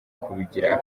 kubigira